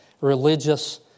religious